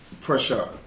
pressure